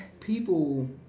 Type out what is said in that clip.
People